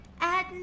add